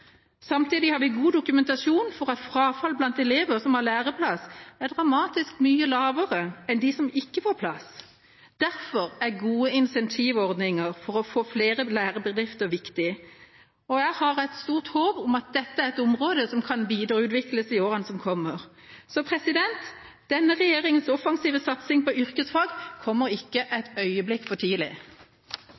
Samtidig har vi god dokumentasjon på at frafallet blant elever som har læreplass, er dramatisk mye lavere enn blant dem som ikke får plass. Derfor er gode incentivordninger for å få flere lærebedrifter viktig. Jeg har et stort håp om at dette er et område som kan videreutvikles i årene som kommer. Denne regjeringas offensive satsing på yrkesfag kommer ikke et øyeblikk for tidlig.